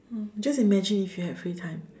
oh just imagine if you had free time